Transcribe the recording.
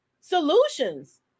solutions